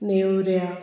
नेवऱ्या